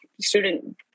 student